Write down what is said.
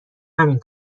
همین